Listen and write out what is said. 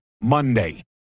Monday